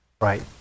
Right